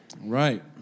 Right